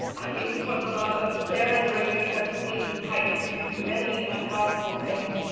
i mean, for the love of sarenrae, we have seen pike do many a powerful thing.